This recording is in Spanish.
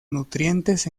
nutrientes